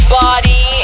body